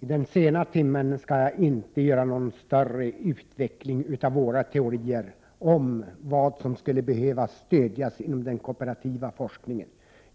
Vid denna sena timme ämnar jag inte göra någon djupare analys av våra teorier om vad som skulle behöva stödjas inom den kooperativa forskningen.